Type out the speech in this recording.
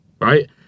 right